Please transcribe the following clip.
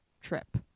trip